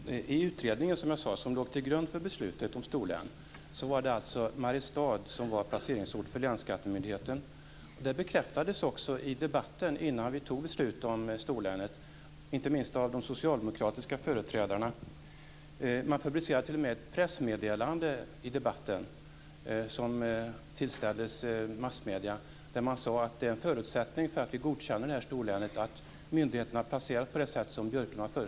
Herr talman! I utredningen som låg till grund för beslutet om ett storlän var det Mariestad som var placeringsort för länsskattemyndigheten. Detta bekräftades också i debatten innan beslut om storlänet fattades - inte minst av de socialdemokratiska företrädarna. Det publicerades t.o.m. ett pressmeddelande som tillställdes massmedierna och där det sades att en förutsättning för att storlänet skulle godkännas var att myndigheterna skulle placeras på det sätt som Björklund föreslagit.